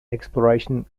exploration